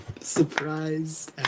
surprise